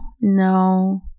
no